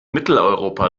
mitteleuropa